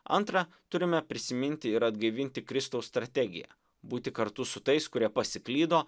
antra turime prisiminti ir atgaivinti kristaus strategiją būti kartu su tais kurie pasiklydo